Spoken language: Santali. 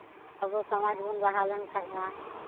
ᱟᱵᱚ ᱥᱚᱢᱟᱡᱽ ᱵᱚᱱ ᱞᱟᱦᱟ ᱞᱮᱱᱠᱷᱟᱱ ᱢᱟ